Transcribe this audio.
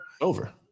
Over